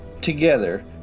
together